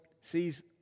sees